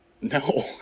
No